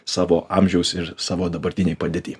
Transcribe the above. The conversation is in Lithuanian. savo amžiaus ir savo dabartinėj padėty